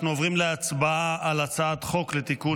אנחנו עוברים להצבעה על הצעת חוק לתיקון